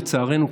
לצערנו,